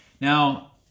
Now